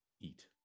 eat